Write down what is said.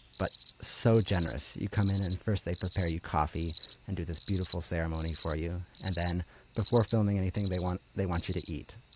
but so generous. you come in, and first they prepare you coffee and do this beautiful ceremony for you. and then before filming anything, they want they want you to eat.